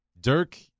Dirk